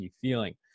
feeling